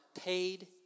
paid